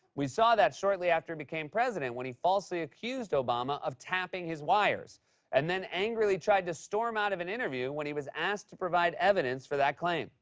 we saw that shortly after he became president when he falsely accused obama of tapping his wires and then angrily tried to storm out of an interview when he was asked to provide evidence for that claim.